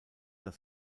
das